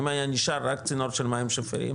אם היה נשאר רק צינור של מים שפירים,